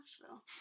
Nashville